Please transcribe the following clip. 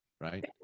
right